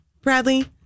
Bradley